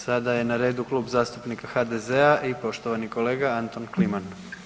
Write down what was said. Sada je na redu Kluba zastupnika HDZ-a i poštovani kolega Anton Kliman.